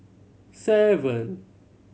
seven